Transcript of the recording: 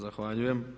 Zahvaljujem.